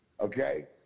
okay